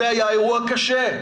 זה היה אירוע קשה.